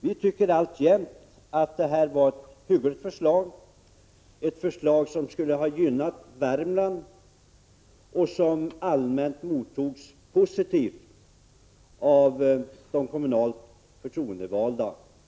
Vi tycker alltjämt att detta var ett hyggligt förslag, som skulle ha gynnat Värmland och som allmänt mottogs positivt av de kommunalt förtroendevalda.